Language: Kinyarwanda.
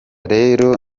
rero